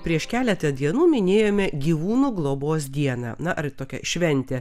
prieš keletą dienų minėjome gyvūnų globos dieną na ar tokia šventė